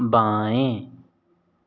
बाएँ